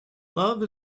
love